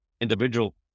individual